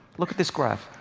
look at this graph.